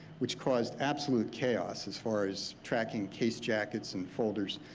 which caused absolute chaos as far as tracking case jackets and folders.